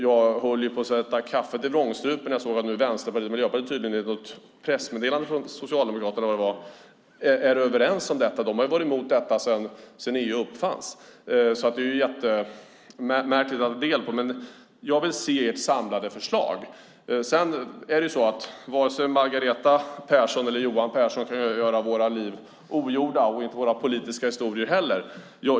Jag höll dock på att sätta kaffet i vrångstrupen när jag såg att Vänsterpartiet och Miljöpartiet, enligt ett pressmeddelande från Socialdemokraterna eller vad det var, är överens om detta. De har varit emot förslaget sedan EU uppfanns. Det hela är mycket märkligt. Jag vill se samlade förslag. Sedan kan varken Margareta Persson eller Johan Pehrson göra sina liv ogjorda och inte sina politiska historier heller.